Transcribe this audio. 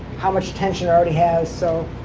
how much tension already has. so